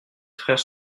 frères